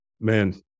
man